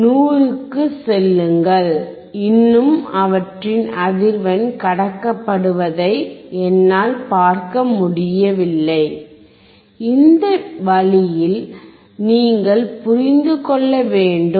100 க்குச் செல்லுங்கள் இன்னும் அவற்றின் அதிர்வெண் கடக்கப்படுவதை என்னால் பார்க்க முடியவில்லை இந்த வழியில் நீங்கள் புரிந்து கொள்ள வேண்டும்